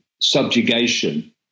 subjugation